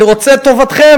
אני רוצה את טובתכם.